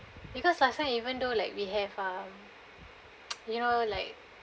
because last time even though like we have um you know like